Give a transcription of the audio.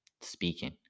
speaking